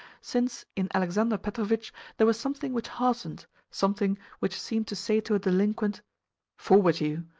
since in alexander petrovitch there was something which heartened something which seemed to say to a delinquent forward you!